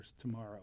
tomorrow